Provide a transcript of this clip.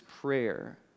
prayer